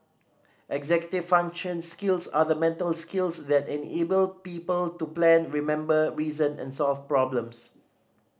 executive function skills are the mental skills that enable people to plan remember reason and solve problems